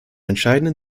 entscheidenden